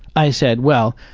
i said, well,